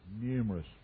numerous